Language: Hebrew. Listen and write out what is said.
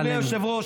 אדוני היושב-ראש,